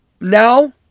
now